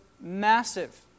massive